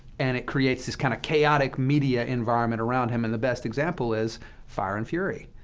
and it creates this kind of chaotic media environment around him, and the best example is fire and fury.